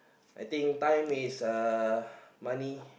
I think time is uh money